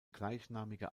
gleichnamige